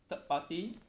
third party